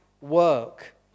work